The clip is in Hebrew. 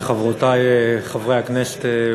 חברי וחברותי חברי הכנסת,